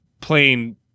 playing